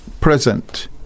present